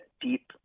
deep